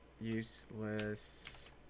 useless